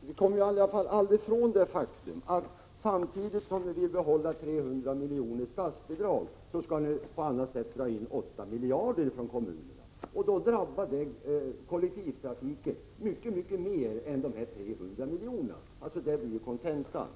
Herr talman! Först vill jag säga till Olle Grahn att vi i alla fall aldrig kommer ifrån det faktum att samtidigt som ni vill behålla 300 milj.kr. i statsbidrag skall ni på annat sätt dra in 8 miljarder från kommunerna. Då drabbar det kollektivtrafiken mycket mer än vad som motsvaras av dessa 300 miljoner. Det blir alltså kontentan.